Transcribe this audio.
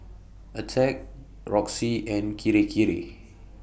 Attack Roxy and Kirei Kirei